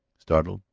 startled,